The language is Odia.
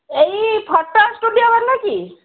ଏଇ ଫଟୋ ଷ୍ଟୁଡ଼ିଓବାଲା କି